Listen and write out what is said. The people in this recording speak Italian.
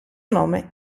nome